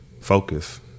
focus